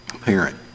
parent